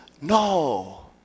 No